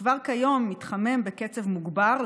שכבר כיום מתחמם בקצב מוגבר,